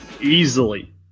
easily